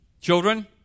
children